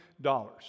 dollars